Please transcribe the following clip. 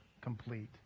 complete